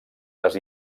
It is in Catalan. les